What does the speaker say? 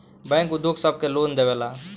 bank उद्योग सब के लोन देवेला